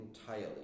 entirely